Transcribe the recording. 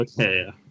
Okay